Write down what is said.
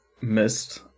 missed